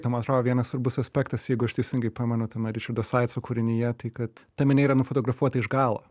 tai man atrodo vienas svarbus aspektas jeigu aš teisingai pamenu ten ričardo saitso kūrinyje tai kad ta minia yra nufotografuota iš galo